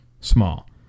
small